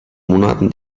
monaten